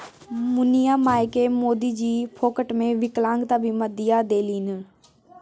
मुनिया मायकेँ मोदीजी फोकटेमे विकलांगता बीमा दिआ देलनि